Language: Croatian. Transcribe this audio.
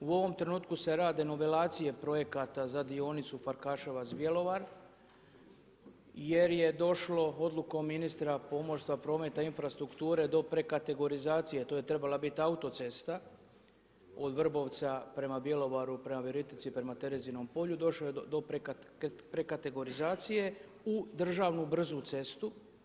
U ovom trenutku se rade novelacije projekata za dionicu Farkaševac-Bjelovar jer je došlo odlukom ministra pomorstva, prometa i infrastrukture do prekategorizacije, to je trebala biti autocesta od Vrbovca prema Bjelovaru, prema Virovitici i prema Terezijom polju, došlo je do prekategorizacije u državnu brzu cestu.